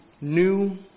new